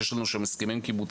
שיש לנו איתם הסכמים קיבוציים,